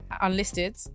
unlisted